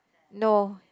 no